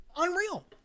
Unreal